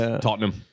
Tottenham